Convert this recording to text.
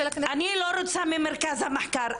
הכנסת --- אני לא רוצה ממרכז המחקר,